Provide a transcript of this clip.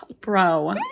Bro